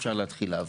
אפשר להתחיל לעבוד.